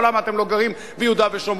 או, למה אתם לא גרים ביהודה ושומרון?